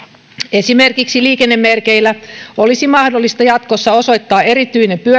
esimerkiksi liikennemerkeillä olisi mahdollista jatkossa osoittaa erityinen pyöräkatu